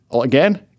again